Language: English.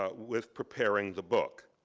ah with preparing the book,